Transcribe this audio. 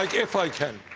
like if i can,